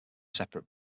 separate